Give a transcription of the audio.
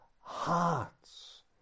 hearts